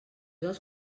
dels